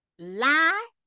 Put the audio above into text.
lie